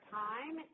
time